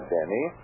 Danny